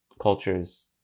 cultures